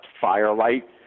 firelight